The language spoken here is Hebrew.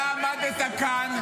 אתה עמדת כאן,